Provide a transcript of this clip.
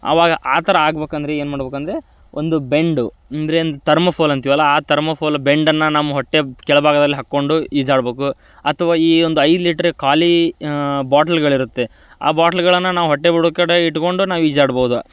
ಅವಾಗ ಆ ಥರ ಆಗ್ಬೇಕಂದ್ರೆ ಏನು ಮಾಡ್ಬೇಕಂದ್ರೆ ಒಂದು ಬೆಂಡು ಅಂದರೆ ನ್ ತರ್ಮೊಫೋಲ್ ಅಂತೀವಲ್ವ ಆ ತರ್ಮೊಫೋಲ್ ಬೆಂಡನ್ನು ನಮ್ಮ ಹೊಟ್ಟೆ ಕೆಳ್ಭಾಗದಲ್ ಹಾಕಿಕೊಂಡು ಈಜಾಡ್ಬೇಕು ಅಥವಾ ಈ ಒಂದು ಐದು ಲೀಟ್ರ್ ಖಾಲಿ ಬಾಟ್ಲ್ಗಳಿರುತ್ತೆ ಆ ಬಾಟ್ಲುಗಳನ್ನು ನಾವು ಹೊಟ್ಟೆ ಬುಡ ಕಡೆ ಇಟ್ಕೊಂಡು ನಾವು ಈಜಾಡ್ಬೋದು